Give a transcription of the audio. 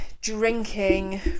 drinking